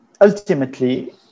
ultimately